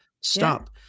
Stop